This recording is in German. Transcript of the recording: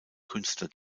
künstler